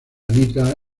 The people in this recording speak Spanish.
anita